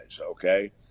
okay